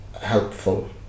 helpful